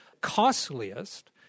costliest